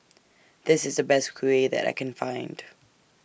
This IS The Best Kuih that I Can Find